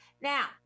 Now